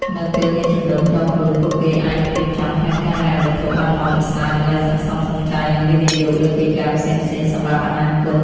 នៅពេលមានចំណូលផ្ទាល់ខ្លួន ពួកគេអាចរៀបចំផែនការហិរញ្ញវត្ថុបានល្អប្រសើរ ដើម្បីសន្សំសំចៃ និងវិនិយោគលើកិច្ចការផ្សេងៗសម្រាប់អនាគត។